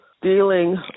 Dealing